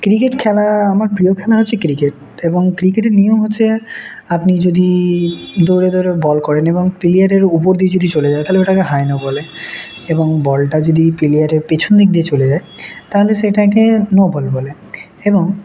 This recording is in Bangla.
ক্রিকেট খেলা আমার প্রিয় খেলা হচ্ছে ক্রিকেট এবং ক্রিকেটের নিয়ম হচ্ছে আপনি যদি দৌড়ে দৌড়ে বল করেন এবং প্লেয়ারের উপর দিয়ে যদি চলে যায় তাহলে ওটাকে হাই নো বলে এবং বলটা যদি প্লেয়ারের পেছন দিক দিয়ে চলে যায় তাহলে সেটাকে নো বল বলে এবং